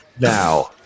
Now